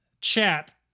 chat